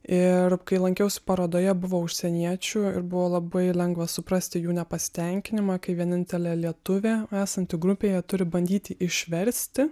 ir kai lankiausi parodoje buvo užsieniečių ir buvo labai lengva suprasti jų nepasitenkinimą kai vienintelė lietuvė esanti grupėje turi bandyti išversti